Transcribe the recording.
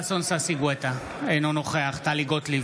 נגד ששון ששי גואטה, אינו נוכח טלי גוטליב,